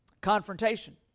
confrontation